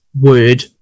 word